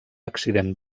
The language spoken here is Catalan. accident